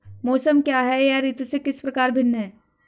मौसम क्या है यह ऋतु से किस प्रकार भिन्न है?